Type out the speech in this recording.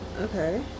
Okay